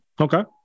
Okay